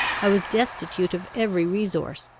i was destitute of every resource,